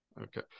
okay